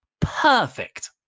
perfect